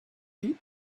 cape